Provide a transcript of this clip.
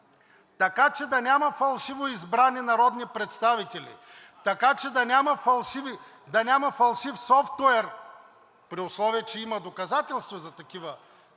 така, че да няма фалшиво избрани народни представители? Така че да няма фалшив софтуер, при условие че има доказателства за такива